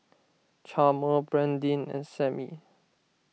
Chalmer Brandyn and Sammie